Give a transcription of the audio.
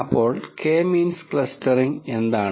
അപ്പോൾ K means clustering എന്താണ്